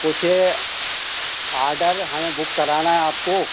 कुछ आडर हमें बुक कराना है आपको